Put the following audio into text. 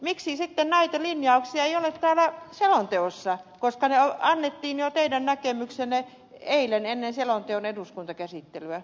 miksi sitten näitä linjauksia ei ole täällä selonteossa koska teidän näkemyksenne annettiin jo eilen ennen selonteon eduskuntakäsittelyä